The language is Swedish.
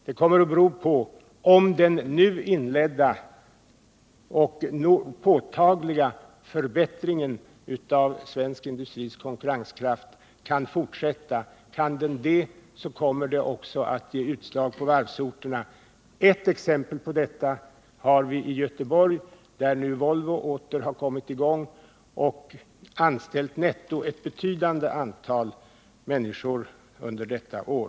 Det kommer att bero på om den nu inledda och påtagliga förbättringen av svensk industris konkurrenskraft kan fortsätta. Kan den det kommer det också att ge utslag på varvsorterna. Ett exempel på detta har vi i 101 Göteborg, där Volvo åter har kommit i gång och netto anställt ett betydande antal människor under detta år.